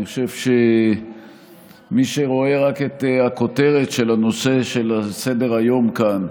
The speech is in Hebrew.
אני חושב שמי שרואה רק את הכותרת של נושא סדר-היום כאן: